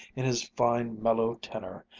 in his fine mellow tenor,